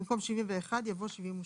במקום "71" יבוא "72".